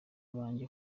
banjye